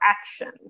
actions